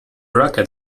rocket